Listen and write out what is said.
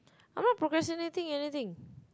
I'm not procrastinating anything